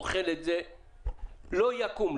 אוכל את זה לא יקום,